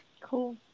Cool